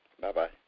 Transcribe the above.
Bye-bye